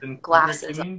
glasses